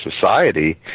society